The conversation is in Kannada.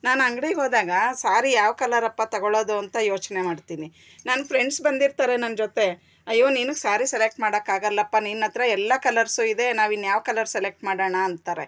ನಾನು ಅಂಗ್ಡಿಗೋದಾಗ ಸಾರಿ ಯಾವ ಕಲರಪ್ಪ ತೊಗೊಳೋದು ಅಂತ ಯೋಚನೆ ಮಾಡ್ತೀನಿ ನನ್ನ ಫ್ರೆಂಡ್ಸ್ ಬಂದಿರ್ತಾರೆ ನನ್ನ ಜೊತೆ ಅಯ್ಯೋ ನಿನಗೆ ಸಾರಿ ಸೆಲೆಕ್ಟ್ ಮಾಡೋಕ್ಕಾಗಲ್ಲಪ್ಪ ನಿನ್ನ ಹತ್ರ ಎಲ್ಲ ಕಲರ್ಸು ಇದೆ ನಾವಿನ್ನು ಯಾವ ಕಲರ್ ಸೆಲೆಕ್ಟ್ ಮಾಡೋಣ ಅಂತಾರೆ